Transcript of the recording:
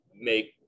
make